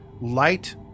light